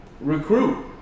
Recruit